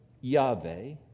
Yahweh